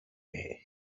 regime